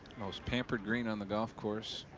most pampered green on the golf course.